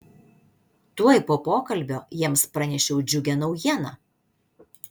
tuoj po pokalbio jiems pranešiau džiugią naujieną